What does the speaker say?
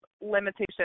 limitation